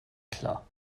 klar